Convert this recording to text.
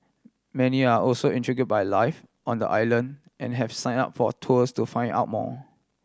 many are also intrigue by life on the island and have sign up for tours to find out more